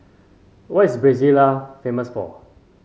what is Brasilia famous for